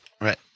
Right